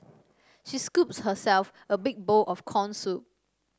she scooped herself a big bowl of corn soup